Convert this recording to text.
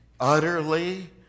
utterly